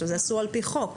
זה אסור על פי חוק,